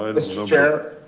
um mr. chair,